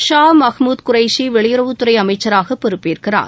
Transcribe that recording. ஷா மஹ்மூத் குரைஷி வெளியுறவுத்துறை அமைச்சராக பொறுப்பேற்கிறார்